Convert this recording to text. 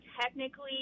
technically